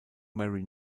mary